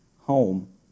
home